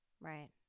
Right